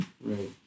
Right